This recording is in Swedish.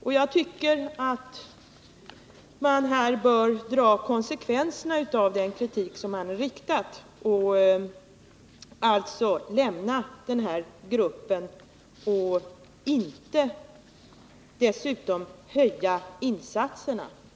Man bör enligt min mening dra konsekvenserna av detta och lämna den här gruppen och inte som nu föreslås höja insatserna.